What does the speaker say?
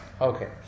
Okay